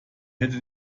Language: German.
hätte